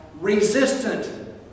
resistant